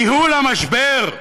ניהול המשבר,